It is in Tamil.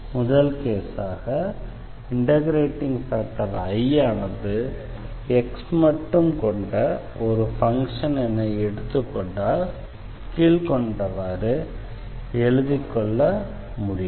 முதல் கேஸாக இண்டெக்ரேட்டிங் ஃபேக்டர் I ஆனது x மட்டும் கொண்ட ஒரு ஃபங்ஷன் என எடுத்துக்கொண்டால் கீழ்க்கண்டவாறு எழுதிக்கொள்ள முடியும்